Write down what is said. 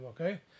okay